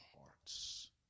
hearts